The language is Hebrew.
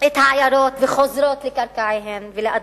את העיירות וחוזרות לקרקעותיהן ולאדמותיהן.